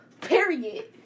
Period